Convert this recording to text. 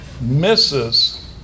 misses